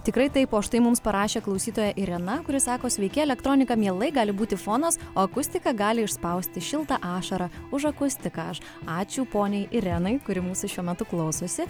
tikrai taip o štai mums parašė klausytoja irena kuri sako sveiki elektronika mielai gali būti fonas o akustika gali išspausti šiltą ašarą už akustiką aš ačiū poniai irenai kuri mūsų šiuo metu klausosi